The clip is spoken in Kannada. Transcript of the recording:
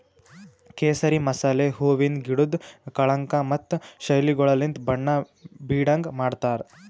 ಕೇಸರಿ ಮಸಾಲೆ ಹೂವಿಂದ್ ಗಿಡುದ್ ಕಳಂಕ ಮತ್ತ ಶೈಲಿಗೊಳಲಿಂತ್ ಬಣ್ಣ ಬೀಡಂಗ್ ಮಾಡ್ತಾರ್